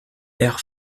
air